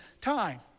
time